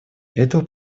этого